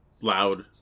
loud